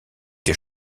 des